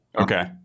Okay